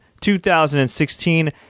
2016